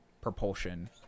propulsion